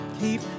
keep